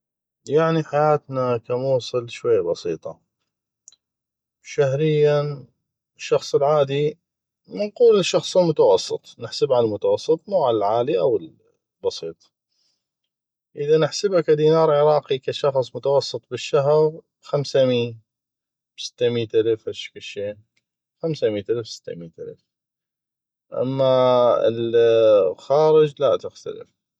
يعني حياتنا ك موصل شويه بسيطه شهريا الشخص العادي نقول الشخص المتوسط نحسبه عالشخص المتوسط مو عالعالي أو البسيط اذا نحسبه ك دينار عراقي ك شخص متوسط بالشهغ خمسمي ستميت الف خمسميت الف ستميت الف هشكل شي اما الخارج لا تختلف